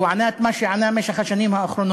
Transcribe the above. והוא ענה את מה שהוא ענה במשך השנים האחרונות: